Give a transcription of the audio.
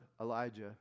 Elijah